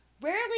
Rarely